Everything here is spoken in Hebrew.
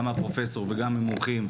גם מהפרופסור וגם מהמומחים,